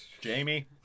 Jamie